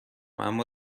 اما